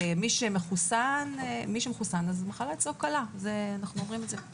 מי שמחוסן, המחלה אצלו קלה, אנחנו אומרים את זה.